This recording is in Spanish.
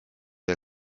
del